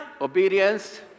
Obedience